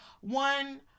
One